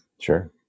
Sure